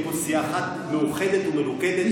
תהיה פה סיעה אחת מאוחדת ומלוכדת.